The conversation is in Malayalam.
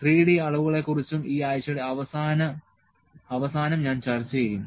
3D അളവുകളെ കുറിച്ചും ഈ ആഴ്ചയുടെ അവസാനം ഞാൻ ചർച്ച ചെയ്യും